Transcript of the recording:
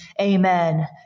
amen